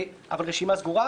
אבל רשימה סגורה,